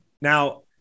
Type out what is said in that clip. now